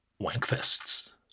wankfests